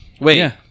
Wait